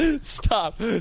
Stop